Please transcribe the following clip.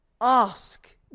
Ask